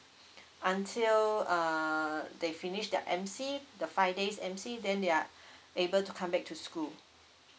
until err they finish their M_C the five days M_C then they're able to come back to school